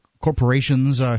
corporations